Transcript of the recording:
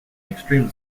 extreme